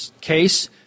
case